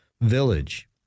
village